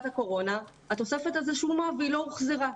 הקורונה התוספת הזו שולמה ולא הוחזרה.